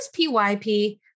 PYP